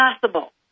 possible